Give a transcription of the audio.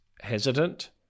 hesitant